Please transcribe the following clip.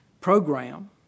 program